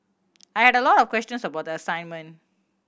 I had a lot of questions about the assignment